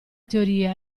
teoria